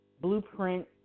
blueprint